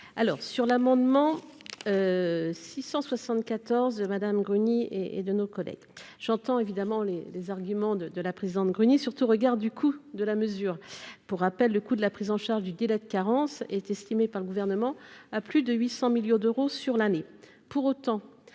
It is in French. alors sur l'amendement 674 Madame Bruni et et de nos collègues, j'entends évidemment les les arguments de de la présidente grenier, surtout au regard du coût de la mesure pour rappel, le coût de la prise en charge du délai de carence est estimé par le gouvernement à plus de 800 millions d'euros sur l'année,